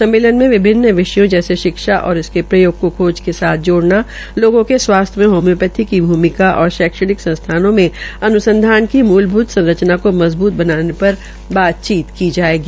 सम्मेलन विषयों जैसे शिक्षा और इसके प्रयोग को खोज के साथ जोड़ना लोगों के स्वास्थ्य मे होम्योपैथी की भूमिका और शैक्षणिक संस्थानों मे अन्संधान की मूलभूत सरचना को मंजबूत बनाने पर बात चीत की जायेगी